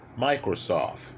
Microsoft